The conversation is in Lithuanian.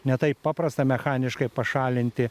ne taip paprasta mechaniškai pašalinti